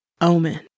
Omen